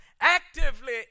actively